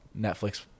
Netflix